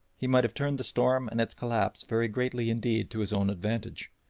he might have turned the storm and its collapse very greatly indeed to his own advantage.